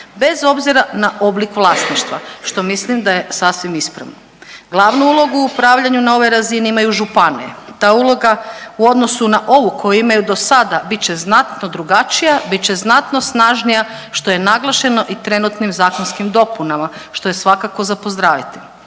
bez obzira na oblik vlasništva što mislim da je sasvim ispravno. Glavnu ulogu u upravljanju na ovoj razini imaju županije. Ta uloga u odnosu na ovu koju imaju dosada bit će znatno drugačija, bit će znatno snažnija što je naglašeno i trenutnim zakonskim dopunama što je svakako za pozdraviti.